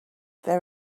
there